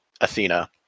Athena